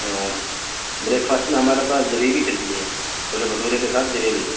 break fast میں ہمارے پاس جلیبی چلتی ہے چھولے بھٹورے کے ساتھ جلیبی